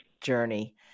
journey